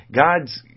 god's